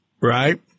right